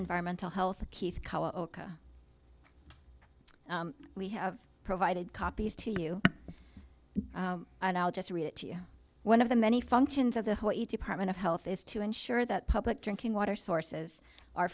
environmental health we have provided copies to you and i'll just read it to you one of the many functions of the partment of health is to ensure that public drinking water sources are